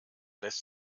lässt